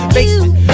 Basement